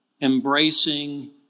embracing